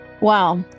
Wow